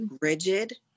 rigid